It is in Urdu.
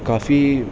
کافی